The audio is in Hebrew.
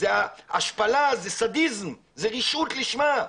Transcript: זו ההשפלה, זה סדיזם, זו רשעות לשמה.